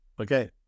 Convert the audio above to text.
Okay